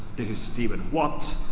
this is stephen watt.